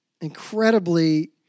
incredibly